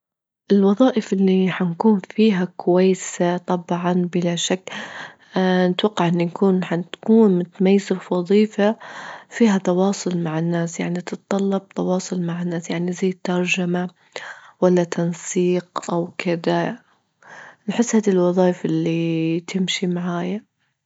الوظائف اللي حنكون فيها كويسة طبعا بلا شك نتوقع إن نكون- هنكون متميزة في وظيفة فيها تواصل مع الناس، يعني تتطلب تواصل مع الناس، يعني زي الترجمة ولا تنسيق أو كذا، بحس هذي الوظايف اللي تمشي معايا.